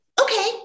okay